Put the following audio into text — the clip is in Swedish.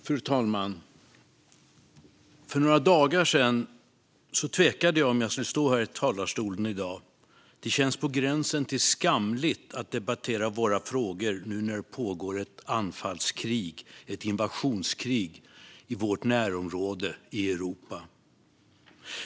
Fru talman! För några dagar sedan tvekade jag inför att stå här i talarstolen i dag. Det känns på gränsen till skamligt att debattera våra frågor nu när det pågår ett anfallskrig, ett invasionskrig, i vårt närområde, i Europa.